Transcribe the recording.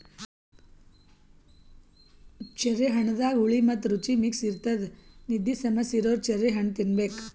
cherry ಹಣ್ಣದಾಗ್ ಹುಳಿ ಮತ್ತ್ ರುಚಿ ಮಿಕ್ಸ್ ಇರ್ತದ್ ನಿದ್ದಿ ಸಮಸ್ಯೆ ಇರೋರ್ ಚೆರ್ರಿ ಹಣ್ಣ್ ತಿನ್ನಬೇಕ್